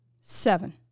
Seven